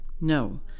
No